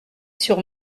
sur